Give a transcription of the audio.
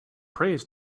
prays